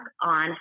on